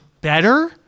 better